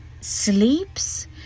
sleeps